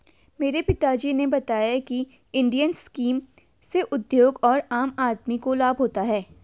मेरे पिता जी ने बताया की इंडियन स्कीम से उद्योग और आम आदमी को लाभ होता है